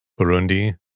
burundi